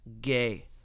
gay